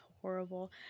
horrible